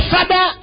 Father